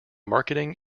marketing